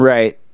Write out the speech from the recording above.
Right